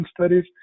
studies